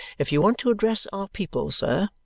if you want to address our people, sir,